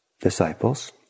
disciples